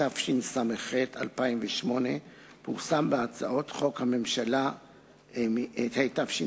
התשס"ח 2008, פורסם בהצעות חוק הממשלה התשס"ח,